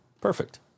Perfect